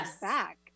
back